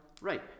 Right